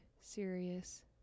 serious